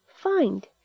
find